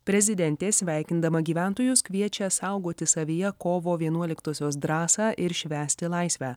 prezidentė sveikindama gyventojus kviečia saugoti savyje kovo vienuoliktosios drąsą ir švęsti laisvę